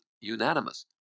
unanimous